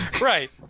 Right